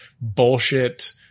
bullshit